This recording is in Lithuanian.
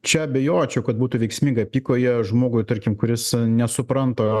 čia abejočiau kad būtų veiksminga apykojė žmogui tarkim kuris nesupranta